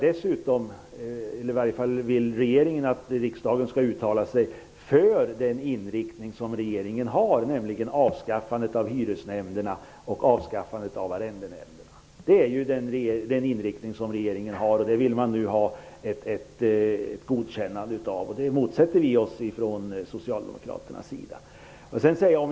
Regeringen vill dessutom att riksdagen skall uttala sig för den inriktning som regeringen har, nämligen avskaffandet av hyresnämnderna och arrendenämnderna. Det är ju den inriktning som regeringen har, och den vill ha ett godkännande av detta. Vi socialdemokrater motsätter oss det.